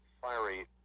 fiery